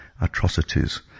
atrocities